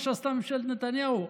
מה שעשתה ממשלת נתניהו?